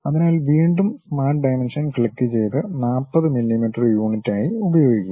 അതിനാൽ വീണ്ടും smart dimension ക്ലിക്കുചെയ്ത് 40 മില്ലിമീറ്റർ യുണിറ്റ് ആയി ഉപയോഗിക്കുക